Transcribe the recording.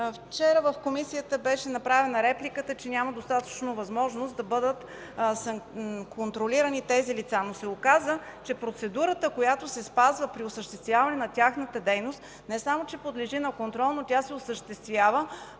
Вчера в Комисията беше направена репликата, че няма достатъчно възможност да бъдат контролирани тези лица, но се оказа, че процедурата, която се спазва при осъществяване на тяхната дейност, не само че подлежи на контрол, но тя се осъществява